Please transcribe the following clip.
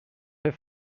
her